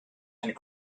and